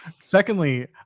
secondly